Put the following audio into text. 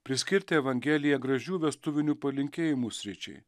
priskirti evangeliją gražių vestuvinių palinkėjimų sričiai